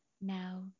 now